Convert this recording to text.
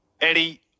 Eddie